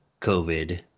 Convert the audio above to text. COVID